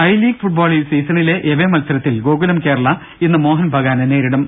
I League ഫുട്ബാളിൽ സീസണിലെ away മത്സരത്തിൽ ഗോകുലം കേരള ഇന്ന് മോഹൻ ബഗാനെ നേരിടും